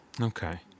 Okay